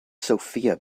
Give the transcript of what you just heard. sophia